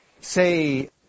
Say